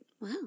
Wow